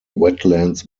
wetlands